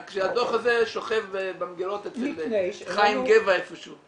רק שהדו"ח הזה שוכב במגירות אצל חיים גבע איפה שהוא.